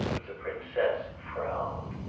for the princess frowned.